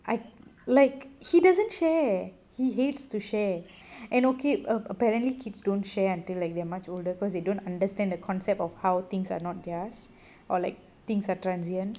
I like he doesn't share he hates to share and okay apparently kids don't share until like they are much older because they don't understand the concept of how things are not theirs or like things are transient